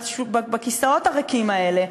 בכיסאות הריקים האלה,